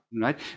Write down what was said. Right